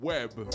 Web